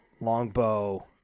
longbow